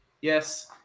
yes